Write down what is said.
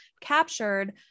captured